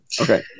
Okay